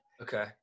Okay